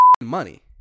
money